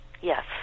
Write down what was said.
Yes